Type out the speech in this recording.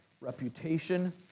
reputation